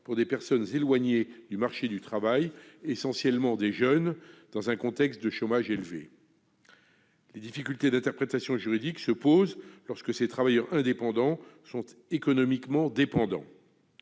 à des personnes éloignées du marché du travail, essentiellement des jeunes, dans un contexte de chômage élevé. Des difficultés d'interprétation juridique se posent lorsque ces travailleurs indépendants sont économiquement dépendants.